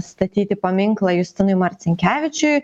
statyti paminklą justinui marcinkevičiui